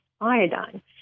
iodine